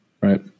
Right